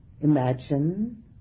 imagine